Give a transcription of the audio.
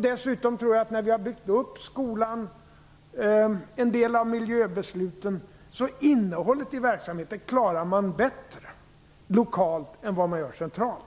Dessutom tror jag, att när vi har byggt upp skolan, när en del av miljöbesluten har fattats klarar man innehållet i verksamheten bättre lokalt än vad man gör centralt.